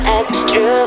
extra